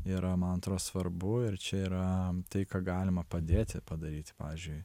yra man atrodo svarbu ir čia yra tai ką galima padėti padaryti pavyzdžiui